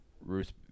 Ruth